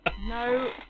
No